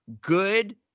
good